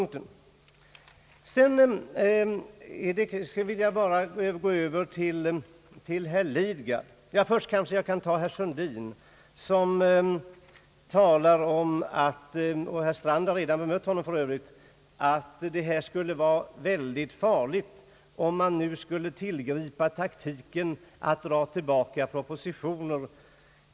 Herr Sundin talar om — herr Strand har för övrigt redan bemött honom — att det skulle vara mycket farligt att nu tillgripa taktiken att dra tillbaka propositioner.